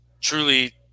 truly